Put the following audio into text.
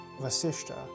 Vasishtha